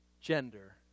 Gender